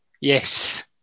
Yes